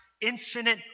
infinite